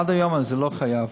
עד היום זה לא חובה,